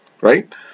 Right